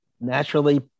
naturally